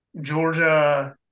Georgia –